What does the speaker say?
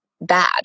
bad